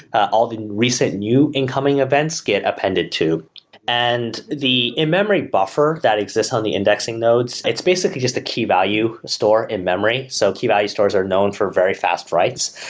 all the recent new incoming events get appended to and the in-memory buffer that exists on the indexing nodes, it's basically just a key value store in memory. so key value stores are known for very fast writes.